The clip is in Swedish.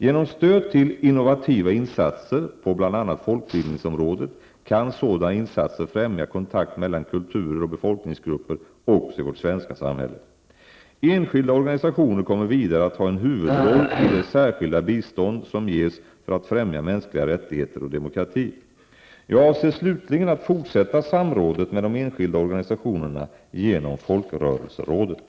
Genom stöd till innovativa insatser på bl.a. folkbildningsområdet kan sådana insatser främja kontakt mellan kulturer och befolkningsgrupper också i vårt svenska samhälle. Enskilda organisationer kommer vidare att ha en huvudroll i det särskilda bistånd som ges för att främja mänskliga rättigheter och demokrati. Jag avser slutligen att fortsätta samrådet med de enskilda organisationerna genom folkrörelserådet.